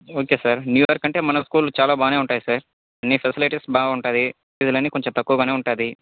okay sir new year కంటే మన school చాలా బాగానే ఉంటాయి సార్ అన్నీ ఫెసిలిటీస్ బాగుంటుంది ఫీజులన్నీ కొంచం తక్కువే ఉంటుంది